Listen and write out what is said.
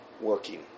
working